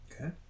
Okay